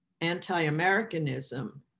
anti-Americanism